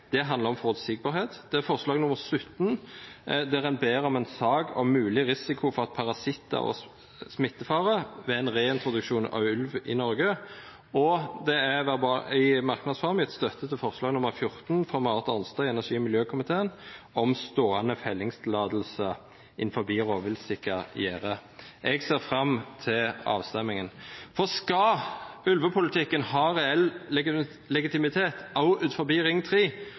Det handler om forutsigbarhet. Det er forslag nr.17, der en ber om en sak om mulig risiko for parasitter og smittefare ved en reintroduksjon av ulv i Norge. Og det er i merknads form gitt støtte til forslag nr. 14, fra Marit Arnstad i energi- og miljøkomiteen, om stående fellingstillatelse innenfor rovviltsikkert gjerde. Jeg ser fram til avstemningen, for skal ulvepolitikken ha reell legitimitet – også utenfor Ring 3 – må bygdefolk og